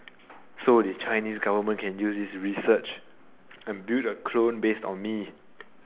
so the chinese government can use this research and build a clone based on me